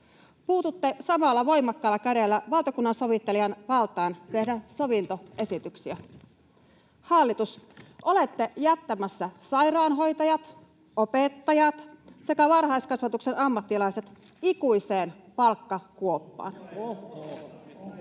Puututte samalla voimakkaalla kädellä valtakunnansovittelijan valtaan tehdä sovintoesityksiä. Hallitus, olette jättämässä sairaanhoitajat, opettajat sekä varhaiskasvatuksen ammattilaiset ikuiseen palkkakuoppaan.